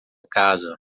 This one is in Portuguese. casa